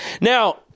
Now